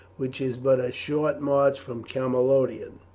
which is but a short march from camalodunum.